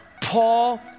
Paul